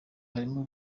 harimo